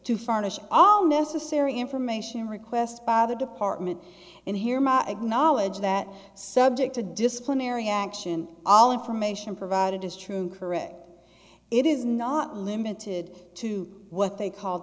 to furnish all necessary information request by the department and here my acknowledge that subject to disciplinary action all information provided is true and correct it is not limited to what they called